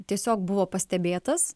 tiesiog buvo pastebėtas